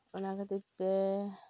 ᱚᱱᱟ ᱠᱷᱟᱹᱛᱤᱨ ᱛᱮ